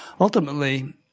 ultimately